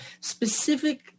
specific